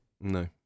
No